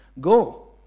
Go